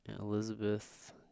Elizabeth